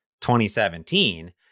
2017